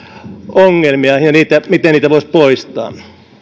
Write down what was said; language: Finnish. ongelmia ja sitä miten niitä voisi poistaa